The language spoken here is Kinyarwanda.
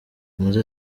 muze